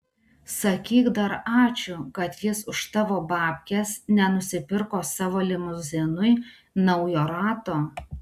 sakyk dar ačiū kad jis už tavo babkes nenusipirko savo limuzinui naujo rato